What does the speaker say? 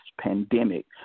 pandemic